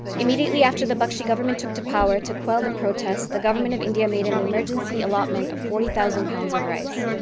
immediately after the bakshi government took to power to quell the protests, the government of india made an emergency allotment of forty thousand pounds of rice.